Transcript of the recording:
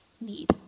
need